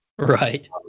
right